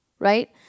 right